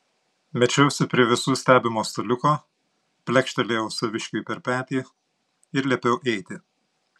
mečiausi prie visų stebimo staliuko plekštelėjau saviškiui per petį ir liepiau eiti